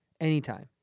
anytime